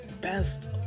best